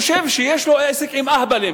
חושב שיש לו עסק עם אהבלים.